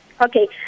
Okay